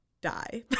die